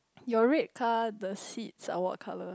your red car the sheets are what color